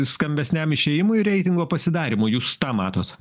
skambesniam išėjimui reitingo pasidarymo jūs tą matot